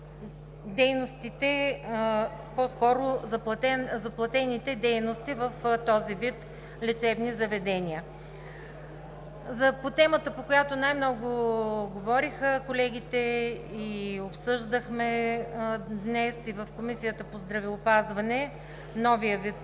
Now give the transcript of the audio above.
вече и заплатените дейности в този вид лечебни заведения. Темата, по която най-много говориха колегите, обсъждахме днес и в Комисията по здравеопазване, е новият вид